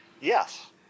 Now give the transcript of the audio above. Yes